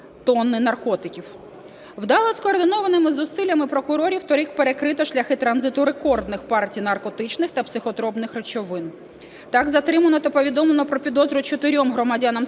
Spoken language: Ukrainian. тонни наркотиків. Вдало скоординованими зусиллями прокурорів той рік перекрито шляхи транзиту рекордних партій наркотичних та психотропних речовин. Так, затримано та повідомлено про підозру чотирьом громадянам